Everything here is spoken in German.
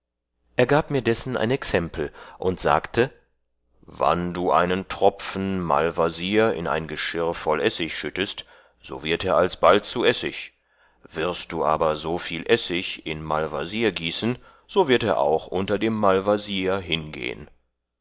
er gab mir dessen ein exempel und sagte wann du einen tropfen malvasier in ein geschirr voll essig schüttest so wird er alsbald zu essig wirst du aber so viel essig in malvasier gießen so wird er auch unter dem malvasier hingehen